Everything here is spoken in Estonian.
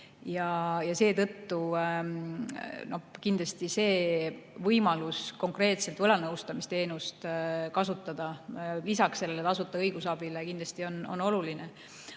ja seetõttu kindlasti see võimalus konkreetselt võlanõustamisteenust kasutada lisaks tasuta õigusabile on oluline.